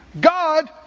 God